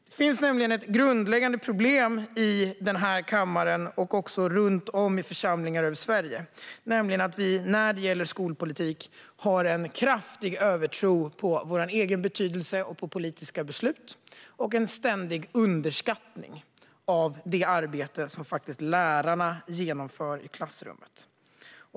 Det finns nämligen ett grundläggande problem i denna kammare och i församlingar runt om i Sverige: att vi när det gäller skolpolitik har en kraftig övertro på vår egen betydelse och på politiska beslut och en ständig underskattning av det arbete som lärarna genomför i klassrummet.